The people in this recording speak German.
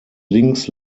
links